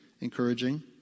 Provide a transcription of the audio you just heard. encouraging